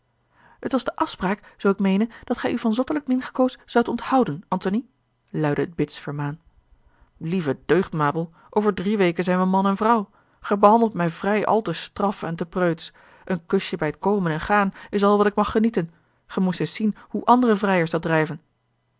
het was de afspraak zoo ik meene dat gij u van zottelijk mingekoos zoudt onthouden antony luidde het bitsch vermaan lieve deugd mabel over drie weken zijn we man en vrouw gij behandelt mij vrij al te straf en preutsch een kusje bij t komen en gaan is al wat ik mag genieten gij moest eens zien hoe andere vrijers dat